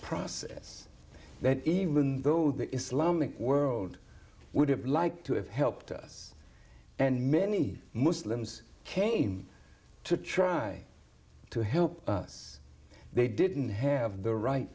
process that even though the islamic world would have liked to have helped us and many muslims came to try to help us they didn't have the right